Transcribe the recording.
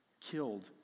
killed